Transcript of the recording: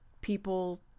people